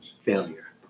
failure